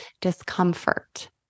discomfort